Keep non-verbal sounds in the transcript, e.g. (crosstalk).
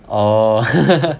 orh (laughs)